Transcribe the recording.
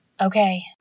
Okay